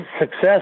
success